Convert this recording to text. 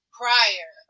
prior